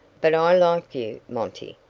but i like you, monty,